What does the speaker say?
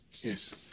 Yes